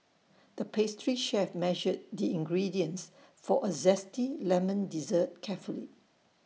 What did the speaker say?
the pastry chef measured the ingredients for A Zesty Lemon Dessert carefully